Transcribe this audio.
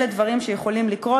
אלה דברים שיכולים לקרות.